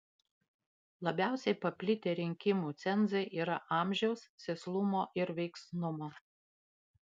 labiausiai paplitę rinkimų cenzai yra amžiaus sėslumo ir veiksnumo